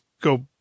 go